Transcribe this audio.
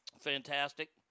Fantastic